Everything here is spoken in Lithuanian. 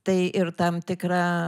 tai ir tam tikra